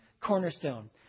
cornerstone